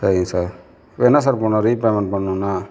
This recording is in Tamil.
சரி சார் இப்போ என்ன சார் பண்ணனும் ரீபேமெண்ட் பண்ணனும்னா